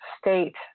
state